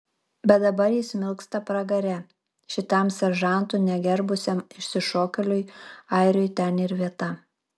bet dabar jis smilksta pragare šitam seržantų negerbusiam išsišokėliui airiui ten ir vieta